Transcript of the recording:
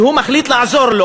והוא מחליט לעזור לו.